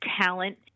talent